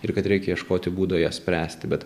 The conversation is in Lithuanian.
ir kad reik ieškoti būdo ją spręsti bet